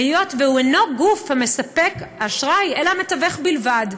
היות שהוא אינו הגוף שמספק את האשראי אלא המתווך בלבד.